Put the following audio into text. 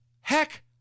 Heck